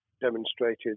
demonstrated